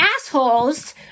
Assholes